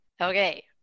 Okay